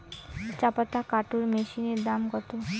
চাপাতা কাটর মেশিনের দাম কত?